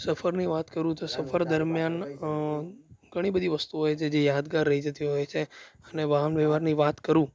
સફરની વાત કરું તો સફર દરમિયાન ઘણી બધી વસ્તુ હોય છે જે યાદગાર રહી જતી હોય છે અને વાહન વ્યવહારની વાત કરું